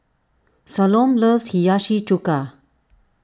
Salome loves Hiyashi Chuka